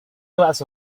glass